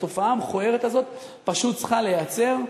התופעה המכוערת הזאת פשוט צריכה להיעצר.